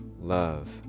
love